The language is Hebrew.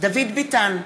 דוד ביטן,